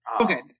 Okay